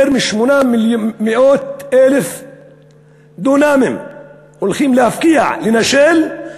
יותר מ-800,000 דונמים הולכים להפקיע, לנשל,